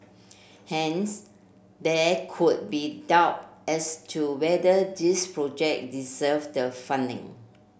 hence there could be doubt as to whether these project deserved the funding